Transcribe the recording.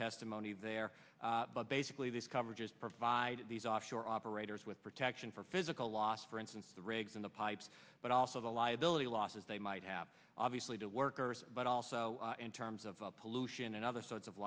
testimony there but basically this coverage is provided these offshore operators with protection for physical loss for instance the rigs in the pipes but also the liability losses they might have obviously to workers but also in terms of pollution and other sorts of